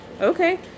okay